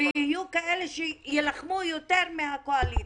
ויהיו כאלה שיילחמו יותר מהקואליציה.